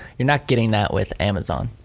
you are not getting that with amazon.